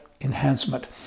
enhancement